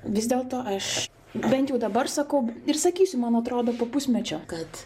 vis dėlto aš bent jau dabar sakau ir sakysiu man atrodo po pusmečio kad